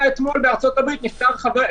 אבידר, איפוק, כבוד, אתה בית"רי.